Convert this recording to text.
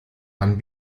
dann